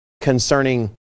concerning